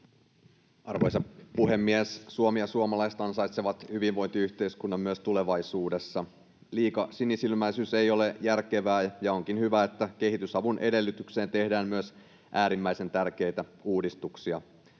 Arvoisa puhemies! Suomi ja suomalaiset ansaitsevat hyvinvointiyhteiskunnan myös tulevaisuudessa. Liika sinisilmäisyys ei ole järkevää, ja onkin hyvä, että kehitysavun edellytyksiin tehdään myös äärimmäisen tärkeitä uudistuksia.